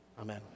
Amen